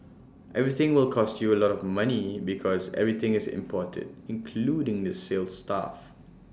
everything will cost you A lot of money because everything is imported including the sales staff